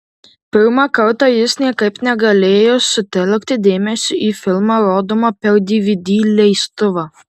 pirmą kartą jis niekaip negalėjo sutelkti dėmesio į filmą rodomą per dvd leistuvą